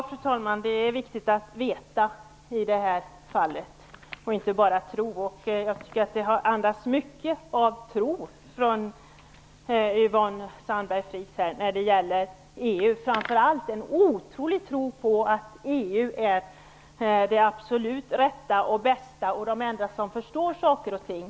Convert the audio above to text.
Fru talman! Ja, det är viktigt att veta, och inte bara tro, i det här fallet. Jag tycker att det Yvonne Sandberg-Fries har sagt när det gäller EU andas mycket av tro - framför allt en otrolig tro på att EU är det absolut rätta och bästa, och att det bara är där man förstår saker och ting.